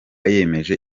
yemeje